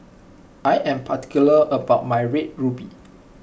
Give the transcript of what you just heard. I am particular about my Red Ruby